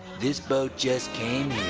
this boat just came